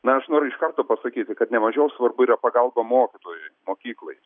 na aš noriu iš karto pasakyti kad nemažiau svarbu yra pagalba mokytojui mokyklai